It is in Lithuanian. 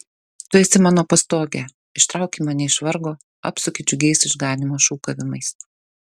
tu esi mano pastogė ištrauki mane iš vargo apsupi džiugiais išganymo šūkavimais